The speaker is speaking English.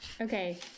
okay